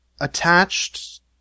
attached